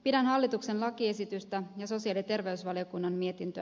pidän hallituksen lakiesitystä ja sen siiveterveysvaliokunnan mietintö